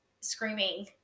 screaming